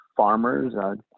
Farmers